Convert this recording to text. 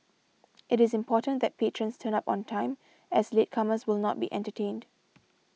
it is important that patrons turn up on time as latecomers will not be entertained